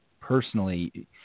personally